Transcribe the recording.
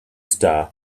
star